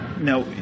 Now